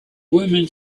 woman